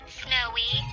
snowy